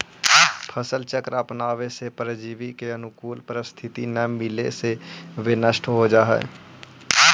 फसल चक्र अपनावे से परजीवी के अनुकूल परिस्थिति न मिले से वे नष्ट हो जाऽ हइ